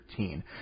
13